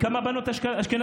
עם כמה בנות אשכנזיות,